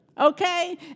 Okay